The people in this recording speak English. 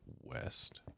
west